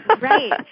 right